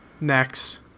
Next